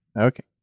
Okay